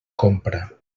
compra